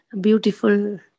beautiful